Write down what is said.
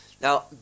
Now